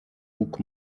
łuk